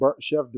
Chef